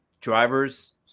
driver's